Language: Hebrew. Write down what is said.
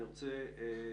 קודם אני רוצה תגובות